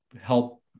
help